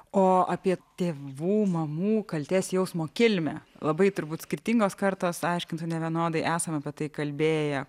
o apie tėvų mamų kaltės jausmo kilmę labai turbūt skirtingos kartos aiškintų nevienodai esam apie tai kalbėję